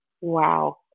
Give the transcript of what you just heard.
Wow